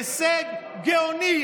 הישג גאוני,